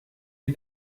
you